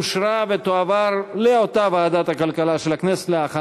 התשע"ה 2015, לוועדת הכלכלה נתקבלה.